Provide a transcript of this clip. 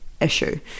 issue